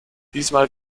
diesmal